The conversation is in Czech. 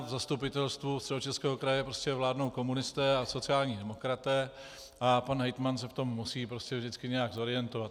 V zastupitelstvu Středočeského kraje prostě vládnou komunisté a sociální demokraté a pan hejtman se v tom musí prostě vždycky nějak zorientovat.